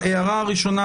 ההערה הראשונה,